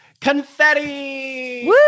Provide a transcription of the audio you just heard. confetti